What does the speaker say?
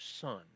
son